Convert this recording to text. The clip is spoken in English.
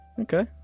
Okay